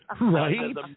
Right